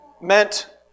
meant